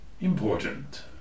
important